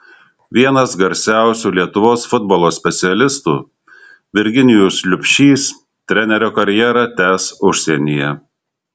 vienas garsiausių lietuvos futbolo specialistų virginijus liubšys trenerio karjerą tęs užsienyje